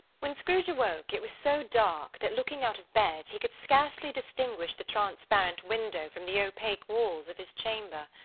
when scrooge awoke, it was so dark, that looking out of bed, he could scarcely distinguish the transparent window from the opaque walls of his chamber.